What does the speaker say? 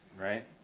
right